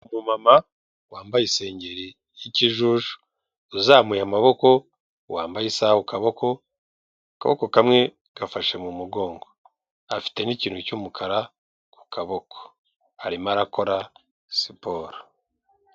Umu mama wambaye isengeri y'ikijuju uzamuye amaboko wambaye isaha ku kaboko, akaboko kamwe gafashe mu mugongo afite n'ikintu cy'umukara ku kaboko arimo arakora siporo.